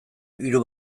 hiru